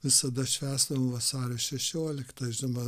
visada švęsdavau vasario šešioliktą žinoma